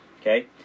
okay